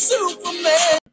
Superman